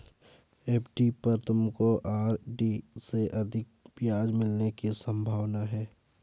FD पर तुमको RD से अधिक ब्याज मिलने की संभावना है